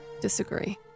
disagree